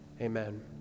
Amen